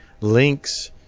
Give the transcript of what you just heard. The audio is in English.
links